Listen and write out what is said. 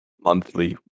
Monthly